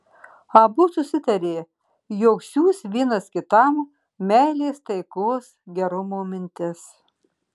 abu susitarė jog siųs vienas kitam meilės taikos gerumo mintis